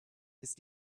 ist